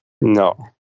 No